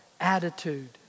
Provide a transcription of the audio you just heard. attitude